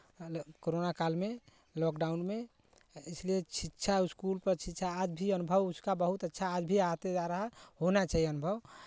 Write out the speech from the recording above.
corona काल में lockdown में इसलिए शिक्षा स्कूल पर शिक्षा आज भी अनुभव उसका बहुत अच्छा आज भी आते जा रहा है होना चाहिए अनुभव